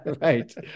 right